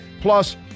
Plus